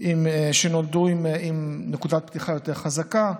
שנולדו עם נקודת פתיחה יותר חזקה,